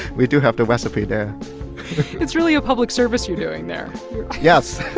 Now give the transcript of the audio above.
we do have the recipe there it's really a public service you're doing there yes